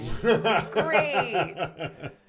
Great